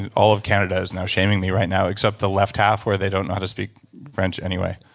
and all of canada is now shaming me right now except the left half where they don't know how to speak french anyway.